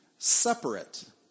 separate